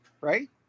right